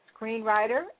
screenwriter